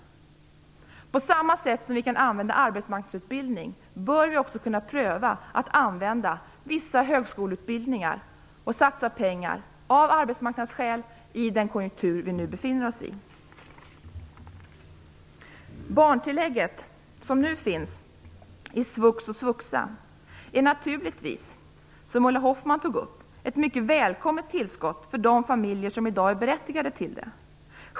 På samma sätt som vi kan använda arbetsmarknadsutbildning bör vi också kunna pröva att använda vissa högskoleutbildningar och satsa pengar, av arbetsmarknadsskäl, i den konjunktur vi nu befinner oss i. Det barntillägg som nu finns i svux och svuxa är naturligtvis, som Ulla Hoffmann tog upp, ett mycket välkommet tillskott för de familjer som i dag är berättigade till det.